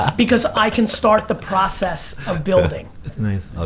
because i can start the process of building. it's a nice,